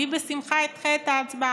אני בשמחה אדחה את ההצבעה.